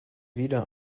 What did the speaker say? wieder